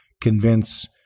convince